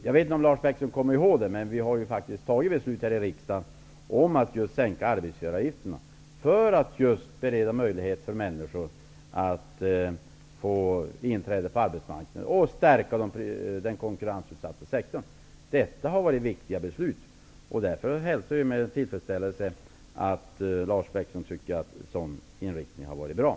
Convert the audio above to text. Jag vet inte om Lars Bäckström kommer ihåg det, men vi har faktiskt fattat ett beslut här i riksdagen om att sänka arbetsgivaravgifterna för att bereda människor möjlighet till inträde på arbetsmarknaden och för att stärka den konkurrensutsatta sektorn. Det har varit viktiga beslut. Därför hälsar jag med tillfredsställelse att Lars Bäckström tycker att sådan inriktning har varit bra.